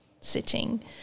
sitting